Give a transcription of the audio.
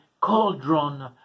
cauldron